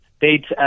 Dates